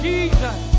Jesus